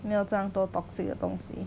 没有这样多 toxic 的东西